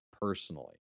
personally